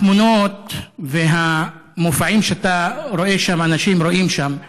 התמונות והמופעים שאתה רואה שם, שאנשים רואים שם,